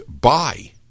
buy